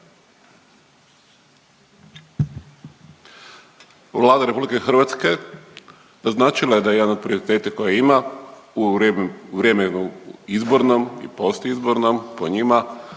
Vlada RH naznačila je da jedan od prioriteta koji ima u vrijeme izbornom i postizbornom po njima